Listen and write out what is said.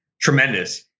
tremendous